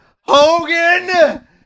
Hogan